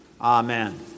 Amen